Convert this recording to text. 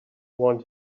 want